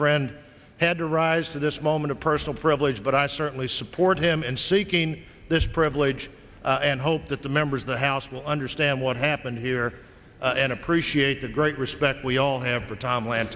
friend had to rise to this moment of personal privilege but i certainly support him in seeking this privilege and hope that the members of the house will understand what happened here and appreciate the great respect we all have for tom lan